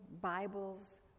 Bibles